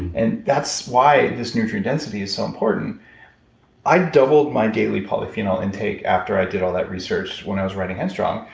and that's why this nutrient density is so important i doubled my daily polyphenol intake after i did all the research, when i was writing head strong,